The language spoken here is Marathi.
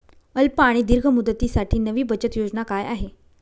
अल्प आणि दीर्घ मुदतीसाठी नवी बचत योजना काय आहे?